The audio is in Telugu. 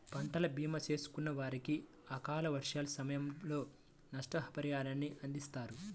పంటల భీమా చేసుకున్న వారికి అకాల వర్షాల సమయంలో నష్టపరిహారాన్ని అందిస్తారు